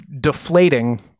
deflating